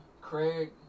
Craig